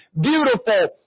beautiful